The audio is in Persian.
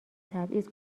تبعیض